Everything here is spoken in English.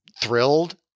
thrilled